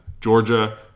Georgia